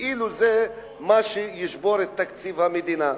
כאילו זה מה שישבור את תקציב המדינה.